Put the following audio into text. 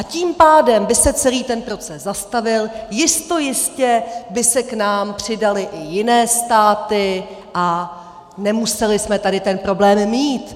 Tím pádem by se celý ten proces zastavil, jistojistě by se k nám přidaly i jiné státy a nemuseli jsme tady ten problém mít.